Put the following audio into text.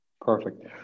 Perfect